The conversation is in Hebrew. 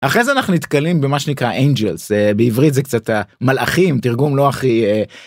אחרי זה אנחנו נתקלים במה שנקרא אינג'לס בעברית זה קצת המלאכים תרגום לא הכי..